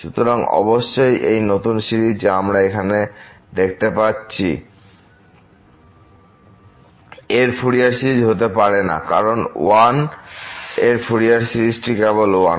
সুতরাং অবশ্যই এই নতুন সিরিজ যা আমরা এখানে দেখতে পাচ্ছি 1 এর ফুরিয়ার সিরিজ হতে পারে না কারণ 1 এর ফুরিয়ার সিরিজটি কেবল 1